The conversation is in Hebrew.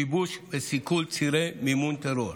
שיבוש וסיכול של צירי מימון טרור.